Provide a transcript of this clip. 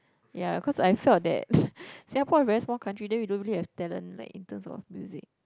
ya cause I felt that Singapore is a very small country then we don't really have talent like in terms of music